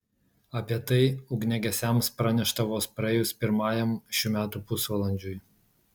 apie tai ugniagesiams pranešta vos praėjus pirmajam šių metų pusvalandžiui